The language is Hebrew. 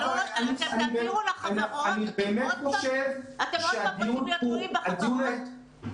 אם תעבירו לחברות אתם שוב תהיו תלויים בחברות.